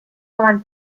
one